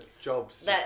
jobs